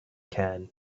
can